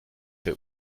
bei